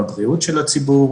שמאפשר חיבוריות של להחליף,